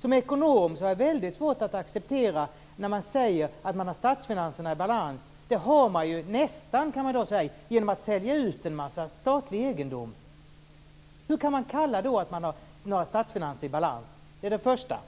Som ekonom har jag väldigt svårt att acceptera när man säger att man har statsfinanserna i balans. Det kan man säga att man nästan har uppnått genom att sälja ut en mängd statlig egendom. Hur kan man kalla det för att ha statsfinanser i balans? Det var det första.